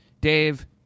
Dave